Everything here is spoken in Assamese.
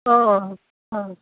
অঁ অঁ